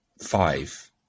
five